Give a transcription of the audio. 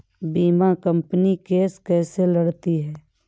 बीमा company case कैसे लड़ती है?